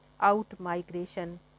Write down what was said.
out-migration